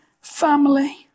family